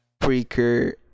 Breaker